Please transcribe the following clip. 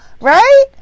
right